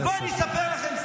נא לסיים.